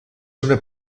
una